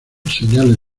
señales